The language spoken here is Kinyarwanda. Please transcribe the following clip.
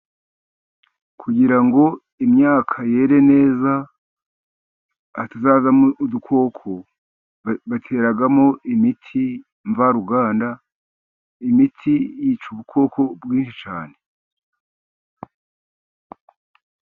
Kugira ngo imyaka yere neza hatazazamo udukoko, bateramo imiti mvaruganda. Imiti yica ubukoko bwinshi cyane.